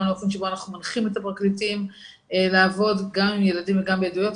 גם לאופן שבו אנחנו מנחים את הפרקליטים לעבוד גם עם ילדים וגם בעדויות.